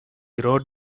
wrote